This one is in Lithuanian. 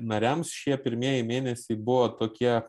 nariams šie pirmieji mėnesiai buvo tokie